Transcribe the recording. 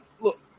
look